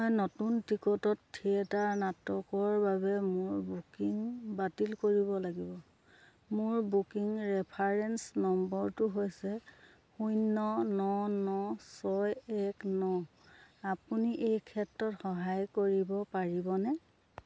মই নতুন টিকটত থিয়েটাৰ নাটকৰ বাবে মোৰ বুকিং বাতিল কৰিব লাগিব মোৰ বুকিং ৰেফাৰেন্স নম্বৰটো হৈছে শূন্য ন ন ছয় এক ন আপুনি এই ক্ষেত্ৰত সহায় কৰিব পাৰিবনে